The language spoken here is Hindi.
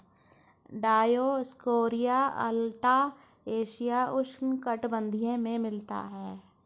डायोस्कोरिया अलाटा एशियाई उष्णकटिबंधीय में मिलता है